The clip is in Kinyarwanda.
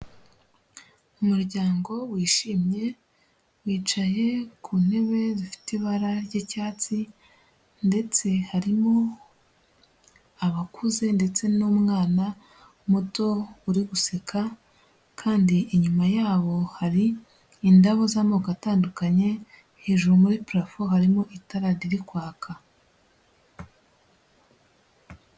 Umuryango wishimye wicaye ku ntebe zifite ibara ry'icyatsi, ndetse harimo abakuze ndetse n'umwana muto uri guseka, kandi inyuma yabo hari indabo z'amoko atandukanye, hejuru muri purafo harimo itarajya riri kwaka.